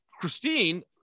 christine